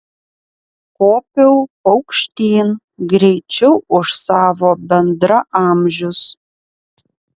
kopiau aukštyn greičiau už savo bendraamžius